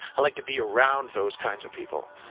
i'd like to be around those kinds of people.